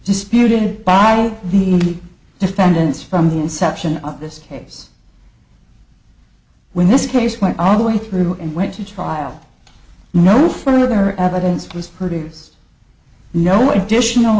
disputed by the defendants from the inception of this case when this case went all the way through and went to trial no further evidence was produced no additional